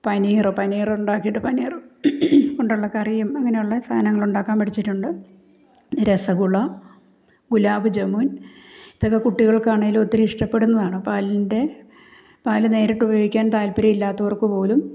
പനീർ പനീറുണ്ടാക്കിയിട്ട് പനീർ കൊണ്ടുള്ള കറിയും അങ്ങനെയുള്ള സാനങ്ങളുണ്ടാക്കാൻ പഠിച്ചിട്ടുണ്ട് നെ രസഗുള ഗുലാബ് ജമൂൻ ഇതൊക്കെ കുട്ടികൾക്കാണെങ്കിലും ഒത്തിരി ഇഷ്ടപ്പെടുന്നതാണ് പാലിൻ്റെ പാല് നേരിട്ട് ഉപയോഗിക്കാൻ താത്പര്യമില്ലാത്തവർക്കു പോലും